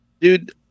dude